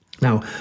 now